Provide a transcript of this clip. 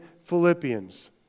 Philippians